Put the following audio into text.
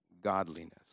godliness